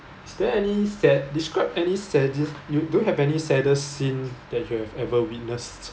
is there any sad~ describe any saddest you do you have any saddest scene that you have ever witnessed